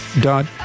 dot